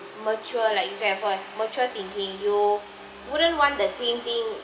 mature like mature thinking you wouldn't want the same thing